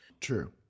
True